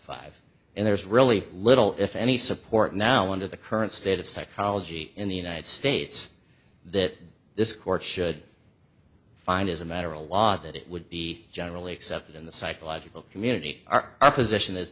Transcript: five and there's really little if any support now under the current state of psychology in the united states that this court should find as a matter a lot that it would be generally accepted in the psychological community our opposition is